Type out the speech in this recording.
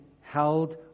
held